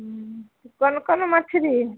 उँ कोन कोन मछली